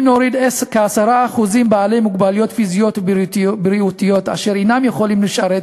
אם נוריד כ-10% בעלי מוגבלויות פיזיות ובריאותיות אשר אינם יכולים לשרת,